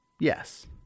yes